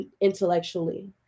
intellectually